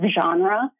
genre